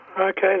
Okay